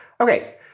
Okay